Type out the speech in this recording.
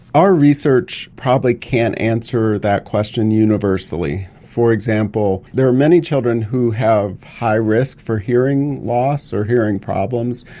our research probably can't answer that question universally. for example, there are many children who have high risk for hearing loss or hearing problems,